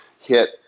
hit